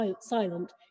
silent